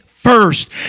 First